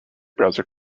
browser